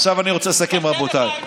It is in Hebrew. עכשיו אני רוצה לסכם, רבותיי.